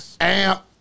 amp